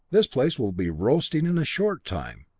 this place will be roasting in a short time.